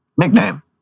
Nickname